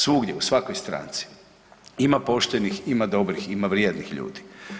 Svugdje, u svakoj stranci ima poštenih, ima dobrih, ima vrijednih ljudi.